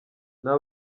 nta